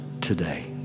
today